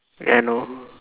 yeah I know